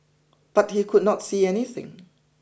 but he could not see anything